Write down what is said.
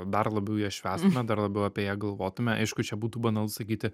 dar labiau ją švęstume dar labiau apie ją galvotume aišku čia būtų banalu sakyti